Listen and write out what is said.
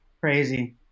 Crazy